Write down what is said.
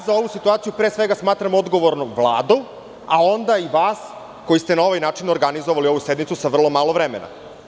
Za ovu situaciju pre svega smatram odgovornom Vladu, a onda i vas koji ste na ovaj način organizovali ovu sednicu sa vrlo malo vremena.